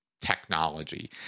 technology